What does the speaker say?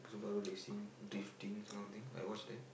Subaru racing drifting this kind of thing I watch them